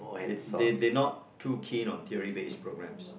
it they they are not too keen on theory based programs